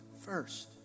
first